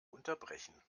unterbrechen